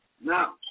Now